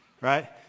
Right